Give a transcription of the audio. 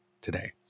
today